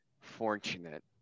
fortunate